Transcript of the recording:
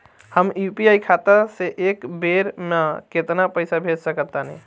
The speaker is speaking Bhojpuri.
हम यू.पी.आई खाता से एक बेर म केतना पइसा भेज सकऽ तानि?